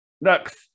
Next